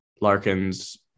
Larkin's